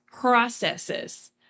processes